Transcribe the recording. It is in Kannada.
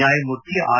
ನ್ಯಾಯಮೂರ್ತಿ ಆರ್